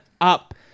up